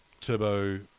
turbo